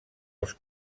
els